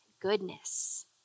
goodness